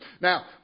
Now